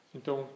Então